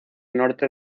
norte